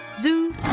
Zoo